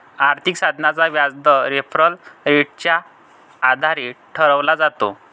आर्थिक साधनाचा व्याजदर रेफरल रेटच्या आधारे ठरवला जातो